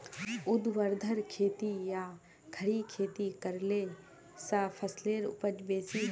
ऊर्ध्वाधर खेती या खड़ी खेती करले स फसलेर उपज बेसी हछेक